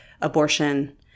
abortion